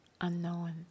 unknown